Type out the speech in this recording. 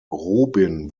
rubin